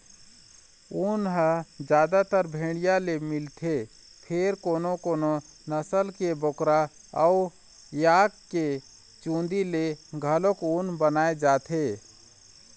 ऊन ह जादातर भेड़िया ले मिलथे फेर कोनो कोनो नसल के बोकरा अउ याक के चूंदी ले घलोक ऊन बनाए जाथे